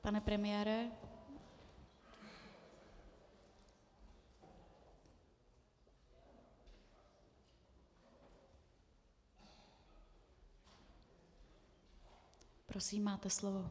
Pane premiére, prosím, máte slovo.